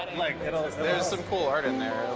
like it'll there's there's some cool art in there.